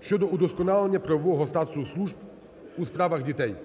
(щодо удосконалення правового статусу служб у справах дітей).